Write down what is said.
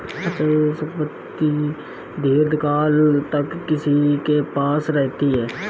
अचल संपत्ति दीर्घकाल तक किसी के पास रहती है